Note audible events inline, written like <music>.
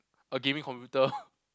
a gaming computer <laughs>